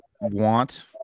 want